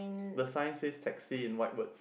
the sign says taxi in white word